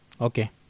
Okay